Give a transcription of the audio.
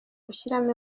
gushyiramo